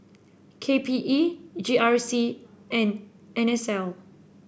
K P E G R C and N S L